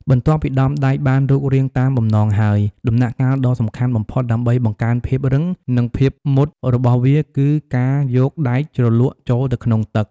បន្ទាប់ពីដុំដែកបានរូបរាងតាមបំណងហើយ ដំណាក់កាលដ៏សំខាន់បំផុតដើម្បីបង្កើនភាពរឹង និងភាពមុតរបស់វាគឺការយកដែកជ្រលក់ចូលទៅក្នុងទឹក។